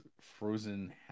frozen